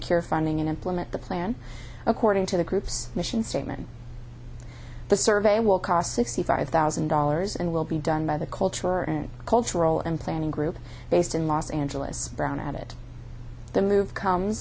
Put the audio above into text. secure funding and implement the plan according to the group's mission statement the survey will cost sixty five thousand dollars and will be done by the culture and cultural and planning group based in los angeles brown at it the move comes